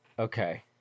Okay